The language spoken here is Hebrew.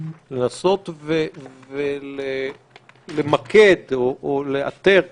לנסות למקד או לאתר קשיים,